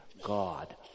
God